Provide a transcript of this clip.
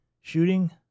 shooting